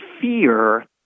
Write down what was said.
fear